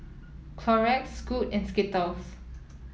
Clorox Scoot and Skittles